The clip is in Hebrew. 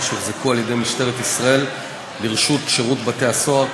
שהוחזקו על-ידי משטרת ישראל לרשות שירות בתי-הסוהר,